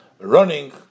Running